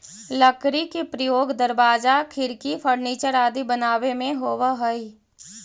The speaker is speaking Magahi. लकड़ी के प्रयोग दरवाजा, खिड़की, फर्नीचर आदि बनावे में होवऽ हइ